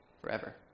forever